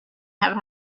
have